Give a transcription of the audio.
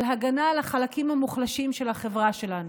על הגנה על החלקים המוחלשים של החברה שלנו.